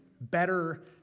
better